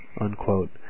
unquote